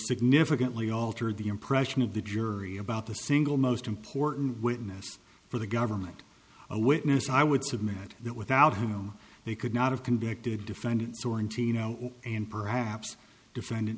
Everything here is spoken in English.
significantly altered the impression of the jury about the single most important witness for the government a witness i would submit that without him they could not have convicted defendants or in tino and perhaps defendant